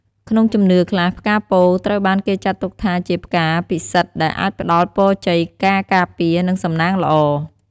ក្នុងជំនឿខ្លះ ផ្កាពោធិ៍ត្រូវបានគេចាត់ទុកថាជាផ្កាពិសិដ្ឋដែលអាចផ្តល់ ពរជ័យ ការការពារ និងសំណាងល្អ។